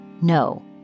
no